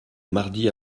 mardi